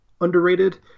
underrated